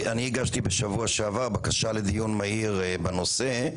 בשבוע שעבר הגשתי בקשה לדיון מהיר בנושא.